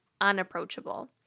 unapproachable